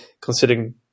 considering